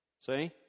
see